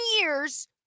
years